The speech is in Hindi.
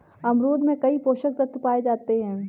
अमरूद में कई पोषक तत्व पाए जाते हैं